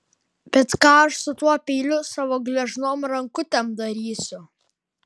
bet ką aš su tuo peiliu savo gležnom rankutėm darysiu